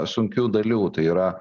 sunkių dalių tai yra